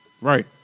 Right